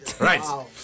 Right